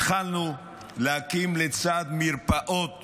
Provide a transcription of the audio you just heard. התחלנו להקים גם תחנות משטרה לצד מרפאות